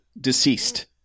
deceased